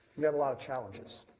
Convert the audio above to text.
we have a lot of challenges.